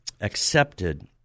accepted